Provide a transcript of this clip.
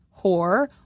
whore